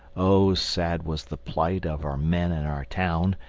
oh, sad was the plight of our men and our town!